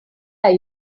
are